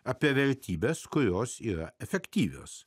apie vertybes kurios yra efektyvios